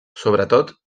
sobretot